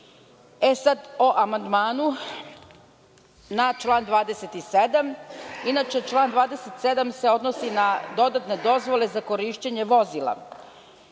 o amandmanu na član 27. Inače, član 27. se odnosi na dodatne dozvole za korišćenje vozila.